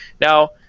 now